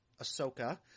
Ahsoka